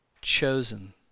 chosen